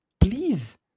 Please